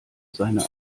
seine